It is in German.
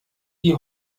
die